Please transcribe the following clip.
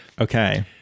Okay